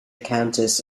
countess